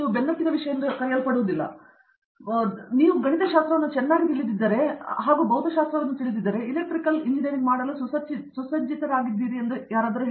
ದೀಪಾ ವೆಂಕಟೇಶ್ ಆದ್ದರಿಂದ ನೀವು ಗಣಿತಶಾಸ್ತ್ರವನ್ನು ಚೆನ್ನಾಗಿ ತಿಳಿದಿದ್ದರೆ ಮತ್ತು ಅದರ ಭೌತಶಾಸ್ತ್ರವನ್ನು ನೀವು ತಿಳಿದಿದ್ದರೆ ನೀವು ಎಲೆಕ್ಟ್ರಿಕಲ್ ಎಂಜಿನಿಯರಿಂಗ್ ಮಾಡಲು ಸುಸಜ್ಜಿತವಾಗಿ ಹೊಂದಿದ್ದೀರಿ ಎಂದು ಯಾರಾದರೂ ಹೇಳಿದ್ದಾರೆ